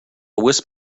wisp